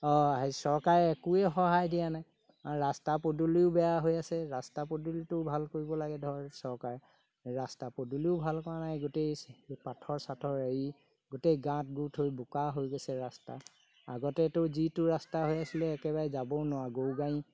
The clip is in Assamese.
হেৰি চৰকাৰে একোৱে সহায় দিয়া নাই ৰাস্তা পদূলিও বেয়া হৈ আছে ৰাস্তা পদূলিটো ভাল কৰিব লাগে ধৰ চৰকাৰে ৰাস্তা পদূলিও ভাল কৰা নাই গোটেই পাথৰ চাথৰ এৰি গোটেই গাঁত গোট হৈ বোকা হৈ গৈছে ৰাস্তা আগতেতো যিটো ৰাস্তা হৈ আছিলে একেবাৰে যাবও নোৱাৰোঁ গৰু গাড়ী